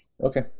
Okay